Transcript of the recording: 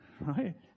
Right